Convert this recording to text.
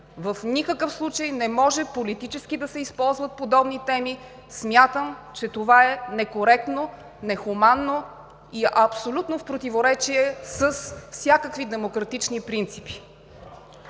В никакъв случай не може политически да се използват подобни теми – смятам, че това е некоректно, нехуманно и абсолютно в противоречие с всякакви демократични принципи!